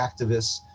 activists